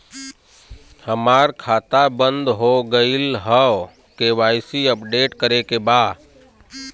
हमार खाता बंद हो गईल ह के.वाइ.सी अपडेट करे के बा?